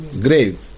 grave